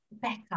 better